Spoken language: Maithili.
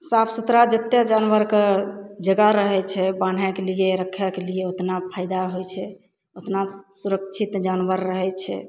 साफ सुथरा जतेक जानवरके जगह रहै छै बान्हैके लिए राखैके लिए ओतना फायदा होइ छै ओतना सुरक्षित जानवर रहै छै